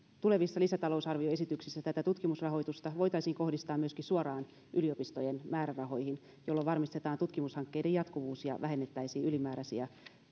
tulevissa lisätalousarvioesityksissä tätä tutkimusrahoitusta voitaisiin kohdistaa myöskin suoraan yliopistojen määrärahoihin jolloin varmistetaan tutkimushankkeiden jatkuvuus ja vähennettäisiin ylimääräisiä